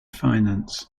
finance